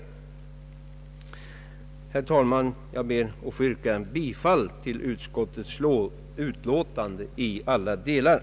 Jag yrkar bifall till utskottets hemställan på alla punkter.